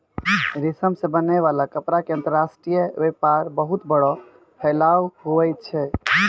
रेशम से बनै वाला कपड़ा के अंतर्राष्ट्रीय वेपार बहुत बड़ो फैलाव हुवै छै